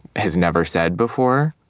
has never said before.